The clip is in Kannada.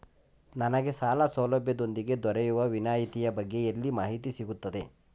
ನನಗೆ ಸಾಲ ಸೌಲಭ್ಯದೊಂದಿಗೆ ದೊರೆಯುವ ವಿನಾಯತಿಯ ಬಗ್ಗೆ ಎಲ್ಲಿ ಮಾಹಿತಿ ಸಿಗುತ್ತದೆ?